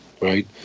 right